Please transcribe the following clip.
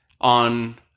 on